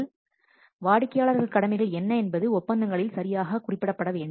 எனவே வாடிக்கையாளர் கடமைகள் என்ன என்பது ஒப்பந்தங்களில் சரியாக குறிப்பிடப்பட வேண்டும்